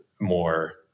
more